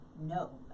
no